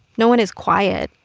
no one is quiet.